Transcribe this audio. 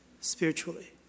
spiritually